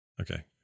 Okay